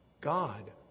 God